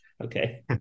Okay